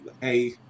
Hey